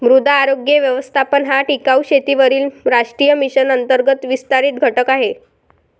मृदा आरोग्य व्यवस्थापन हा टिकाऊ शेतीवरील राष्ट्रीय मिशन अंतर्गत विस्तारित घटक आहे